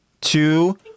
two